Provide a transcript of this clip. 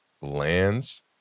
lands